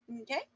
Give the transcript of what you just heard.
Okay